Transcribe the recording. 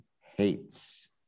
hates